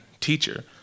Teacher